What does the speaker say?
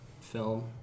film